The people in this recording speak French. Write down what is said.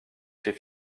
chez